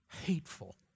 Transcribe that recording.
hateful